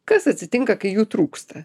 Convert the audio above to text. kas atsitinka kai jų trūksta